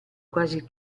quasi